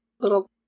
Little